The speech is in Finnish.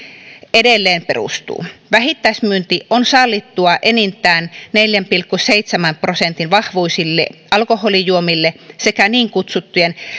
edelleen perustuu vähittäismyynti on sallittua enintään neljän pilkku seitsemän prosentin vahvuisille alkoholijuomille sekä niin kutsutuille